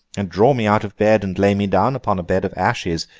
and draw me out of bed, and lay me down upon a bed of ashes,